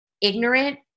ignorant